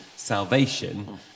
salvation